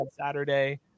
Saturday